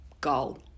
goal